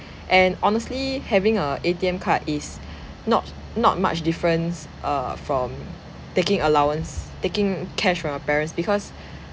and honestly having a A_T_M card is not not much difference err from taking allowance taking cash from your parents because